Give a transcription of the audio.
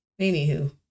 anywho